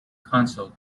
console